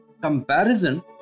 comparison